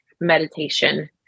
meditation